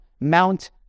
Mount